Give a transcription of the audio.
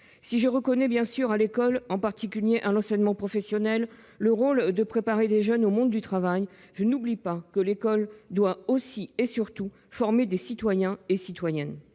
Si je reconnais que l'école, en particulier l'enseignement professionnel, a pour rôle de préparer des jeunes au monde du travail, je n'oublie pas qu'elle doit aussi, et surtout, former des citoyens et des citoyennes.